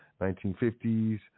1950s